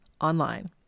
online